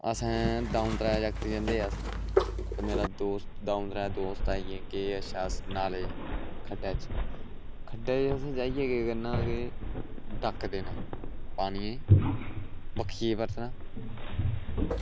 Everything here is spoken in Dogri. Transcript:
असें दंऊ त्रै जागत जंदे हे अस इक मेरा दोस्त दंऊ त्रै दोस्त आइयै ते गे अस न्हानै ई खड्ढा च खड्डै ई असें जाइयै केह् करना कि डक्क देना पानियै ई बक्खियै परतना